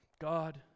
God